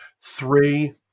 Three